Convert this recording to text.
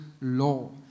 law